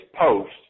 post